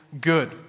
good